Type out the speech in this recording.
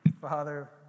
Father